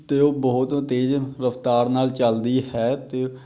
ਅਤੇ ਉਹ ਬਹੁਤ ਤੇਜ਼ ਰਫਤਾਰ ਨਾਲ ਚੱਲਦੀ ਹੈ ਅਤੇ